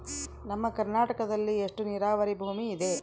ನಮ್ಮ ಕರ್ನಾಟಕದಲ್ಲಿ ಎಷ್ಟು ನೇರಾವರಿ ಭೂಮಿ ಇದೆ?